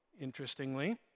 interestingly